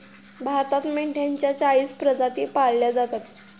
भारतात मेंढ्यांच्या चाळीस प्रजाती पाळल्या जातात